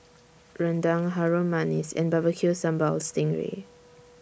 Rendang Harum Manis and Barbecue Sambal Sting Ray